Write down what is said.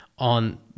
on